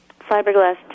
Fiberglass